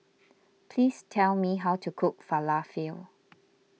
please tell me how to cook Falafel